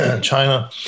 China